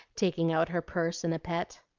taking out her purse in a pet.